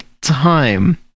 time